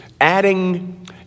adding